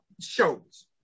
shows